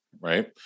right